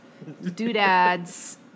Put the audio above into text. doodads